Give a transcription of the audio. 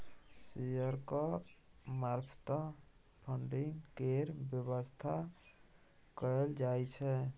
शेयरक मार्फत फडिंग केर बेबस्था कएल जाइ छै